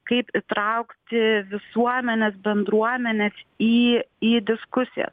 kaip įtraukti visuomenės bendruomenes į į diskusiją